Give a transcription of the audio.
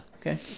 okay